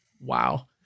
Wow